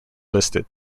listed